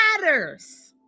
matters